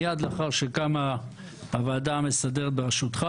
מיד לאחר שקמה הוועדה המסדרת בראשותך,